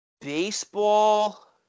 Baseball –